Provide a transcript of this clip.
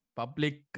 public